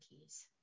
keys